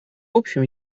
общем